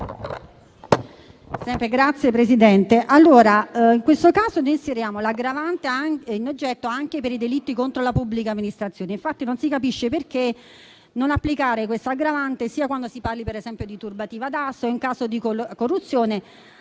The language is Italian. Signor Presidente, in questo caso inseriamo l'aggravante in oggetto anche per i delitti contro la pubblica amministrazione. Infatti non si capisce perché non applicare quest'aggravante quando si tratti, ad esempio, di turbativa d'asta o in caso di corruzione,